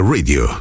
Radio